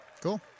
Cool